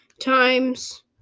times